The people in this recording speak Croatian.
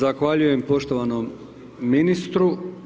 Zahvaljujem poštovanom ministru.